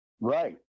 Right